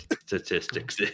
statistics